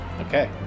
Okay